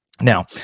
Now